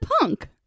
punk